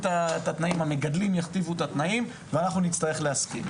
לא שהמגדלים יכתיבו את התנאים ואנחנו נצטרך להסכים.